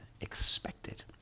expected